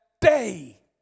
day